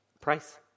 Price